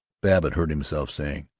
babbitt heard himself saying,